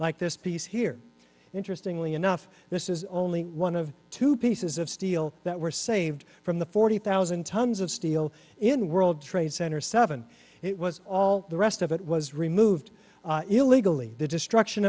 like this piece here interestingly enough this is only one of two pieces of steel that were saved from the forty thousand tons of steel in world trade center seven it was all the rest of it was removed illegally the destruction